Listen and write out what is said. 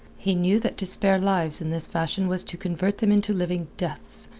he knew that to spare lives in this fashion was to convert them into living deaths.